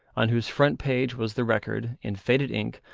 on whose front page was the record, in faded ink,